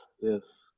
yes